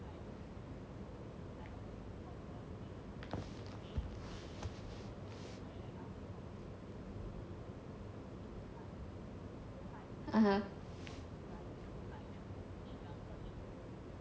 (uh huh)